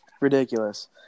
ridiculous